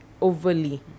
overly